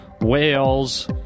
whales